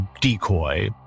decoy